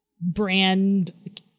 brand